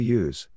use